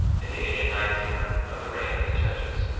in the eighty and ninth year of the reign of the judges.